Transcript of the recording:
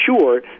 sure